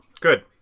Good